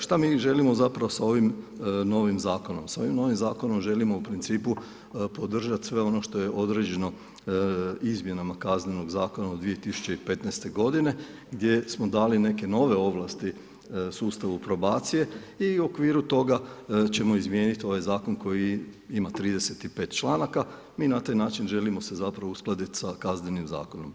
Šta mi želimo zapravo sa ovim novim zakonom, sa ovim novim zakonom želimo u principu podržat sve ono što je određeno izmjenama Kaznenog zakona od 2015. godine gdje smo dali neke nove ovlasti sustavu probacije i u okviru toga ćemo izmijenit ovaj zakon koji ima 35. članaka, mi na taj način želimo se zapravo uskladit s Kaznenim zakonom.